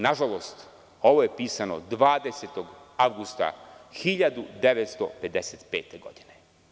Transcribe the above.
Na žalost, ovo je pisano 20. avgusta 1955. godine.